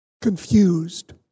confused